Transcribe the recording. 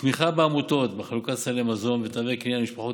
תמיכה בעמותות בחלוקת סלי מזון ותווי קנייה למשפחות